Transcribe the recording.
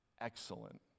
excellent